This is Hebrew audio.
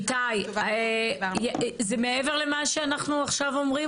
איתי, זה מעבר למה שאנחנו עכשיו אומרים?